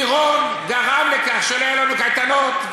פירון גרם לכך שלא יהיו לנו קייטנות,